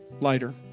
lighter